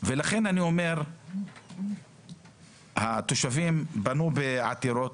לכן אני אומר, התושבים פנו בעתירות,